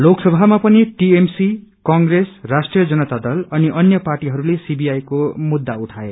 लोकसभामा पनि TMC Congress Rashtriya Janata Dal अनि अन्य पार्टीहरूले सीबीआई को मुद्धा उठाए